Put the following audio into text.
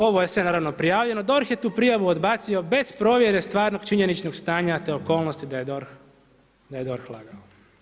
Ovo je sve naravno prijavljeno, DORH je tu prijavio odbacio bez provjere stvarnog činjeničkog stanja te okolnosti da je DORH lagao.